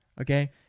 okay